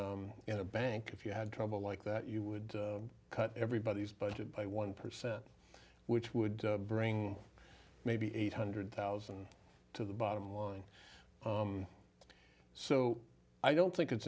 do in a bank if you had trouble like that you would cut everybody's budget by one percent which would bring maybe eight hundred thousand to the bottom line so i don't think it's